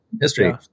history